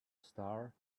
star